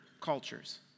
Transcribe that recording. cultures